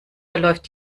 verläuft